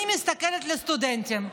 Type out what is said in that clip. אני מסתכלת על סטודנטים,